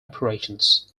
operations